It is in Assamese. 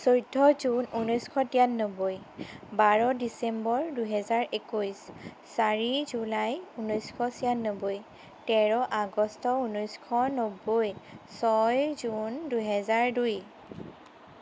চৈধ্য জুন উনৈছশ তিৰান্নব্বৈ বাৰ ডিচেম্বৰ দুহেজাৰ একৈশ চাৰি জুলাই উনৈছশ চিয়ান্নব্বৈ তেৰ আগষ্ট উনৈছশ নব্বৈ ছয় জুন দুহেজাৰ দুই